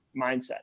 mindset